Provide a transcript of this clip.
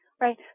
Right